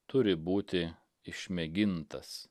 turi būti išmėgintas